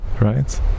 Right